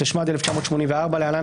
התשמ"ד 1984 (להלן,